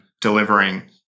delivering